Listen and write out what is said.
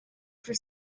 for